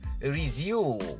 resume